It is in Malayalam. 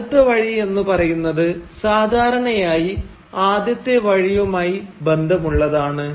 അടുത്ത വഴി എന്ന് പറയുന്നത് സാധാരണയായി ആദ്യത്തെ വഴിയുമായി ബന്ധമുള്ളതാണ്